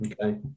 Okay